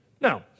Now